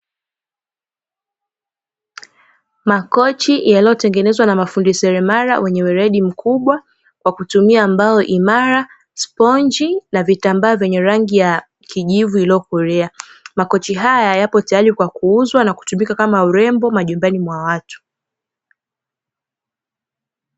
Makochi yaliotengenezwa na mafundi seremala wenye weledi mkubwa, kwa kutumia mbao imara, sponji na vitambaa vyenye rangi ya kijivu iliyokolea. Makochi haya yapo tayari kwa ajili ya kuuza na kutumika kama urembo majumbani mwa watu.